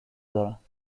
دارند